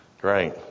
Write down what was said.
great